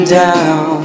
down